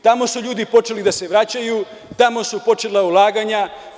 Tamo su ljudi počeli da se vraćaju, tamo su počela ulaganja.